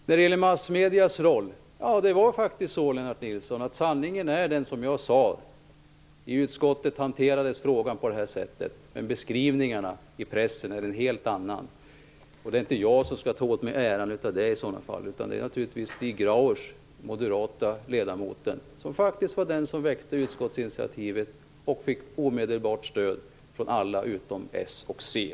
När det gäller massmediernas roll var det faktiskt på det sättet Lennart Nilsson att sanningen är den som jag framförde. I utskottet hanterades frågan på detta sätt, men beskrivningarna i pressen är en helt annan. Det är inte jag som skall ta åt mig äran av det i så fall, utan det är naturligtvis den moderata ledamoten Stig Grauers, som faktiskt tog utskottsinitiativet och som fick omedelbart stöd från alla utom Socialdemokraterna och Centern.